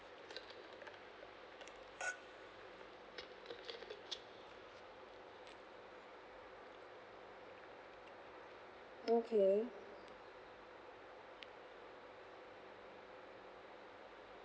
okay